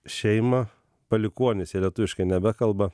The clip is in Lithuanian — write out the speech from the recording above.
šeimą palikuonys jie lietuviškai nebekalba